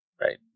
Right